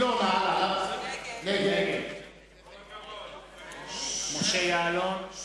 נגד משה יעלון,